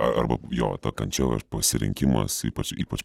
arba jo ta kančia ar pasirinkimas ypač ypač